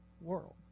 world